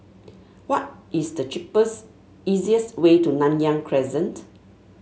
what is the cheapest easiest way to Nanyang Crescent